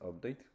update